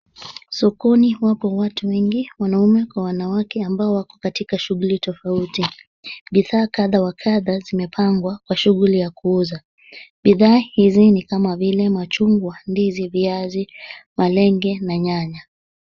Sokoni wapo watu wengi wanaume kwa wanawake ambao wako katika shughuli tofauti. Bidhaa kadha wa kadha zimepangwa kwa shughuli ya kuuza. Bidhaa hizi ni kama vile machungwa, ndizi, viazi, malenge na nyanya.